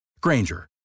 Granger